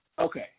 Okay